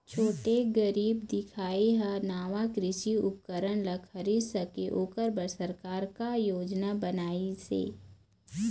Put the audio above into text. छोटे गरीब दिखाही हा नावा कृषि उपकरण ला खरीद सके ओकर बर सरकार का योजना बनाइसे?